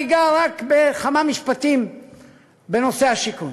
אני אגע רק בכמה משפטים בנושא השיכון.